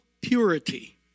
purity